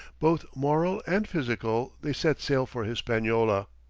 both moral and physical, they set sail for hispaniola.